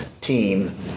team